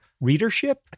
readership